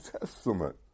testament